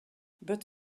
but